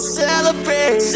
celebrate